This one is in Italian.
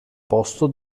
posto